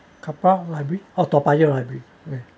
car park library oh Toa Payoh library okay